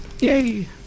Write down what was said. Yay